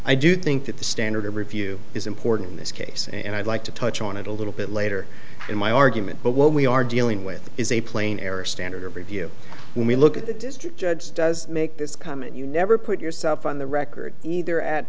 i do think that the standard of review is important in this case and i'd like to touch on it a little bit later in my argument but what we are dealing with is a plain error standard of review when we look at the district judge does make this comment you never put yourself on the record either a